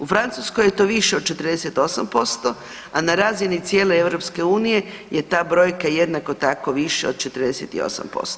U Francuskoj je to više od 48%, a na razini cijele EU je ta brojka jednako tako viša od 48%